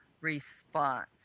response